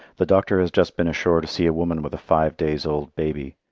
the doctor has just been ashore to see a woman with a five-days old baby.